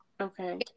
okay